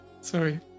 sorry